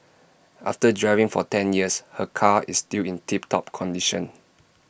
after driving for ten years her car is still in tip top condition